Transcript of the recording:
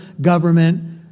government